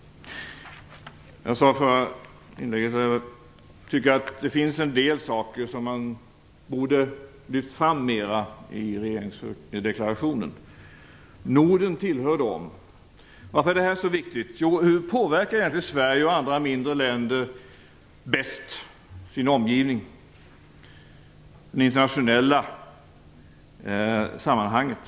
Jag sade i mitt förra inlägg att det finns en del saker som man borde ha lyft fram mera i regeringsdeklarationen. Norden tillhör dem. Varför är det då så viktigt? Hur påverkar egentligen Sverige och andra mindre länder bäst sin omgivning, det internationella sammanhanget?